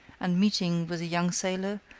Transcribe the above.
and meeting with a young sailor,